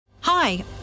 Hi